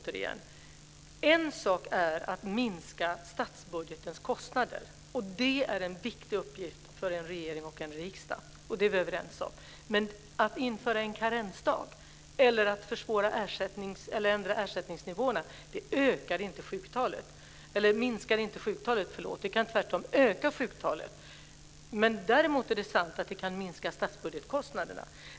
En sak är att minska kostnaderna i statsbudgeten. Det är en viktig uppgift för en regering och en riksdag. Det är vi överens om. Men om man inför en karensdag eller ändrar ersättningsnivåerna minskar inte sjuktalet. Det kan tvärtom öka sjuktalet. Däremot är det sant att det kan minska statsbudgetkostnaderna.